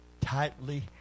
tightly